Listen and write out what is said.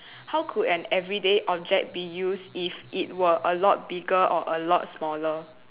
how could an everyday object be used if it were a lot bigger or a lot smaller